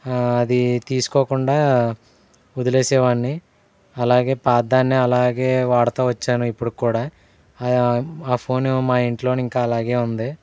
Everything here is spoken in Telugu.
అది తీసుకోకుండా వదిలేసేవాన్ని అలాగే పాతద్దానిని అలాగే వాడుతూ వచ్చాను ఇప్పటికి కూడా ఆ ఫోన్ మా ఇంట్లోను ఇంకా అలాగే ఉంది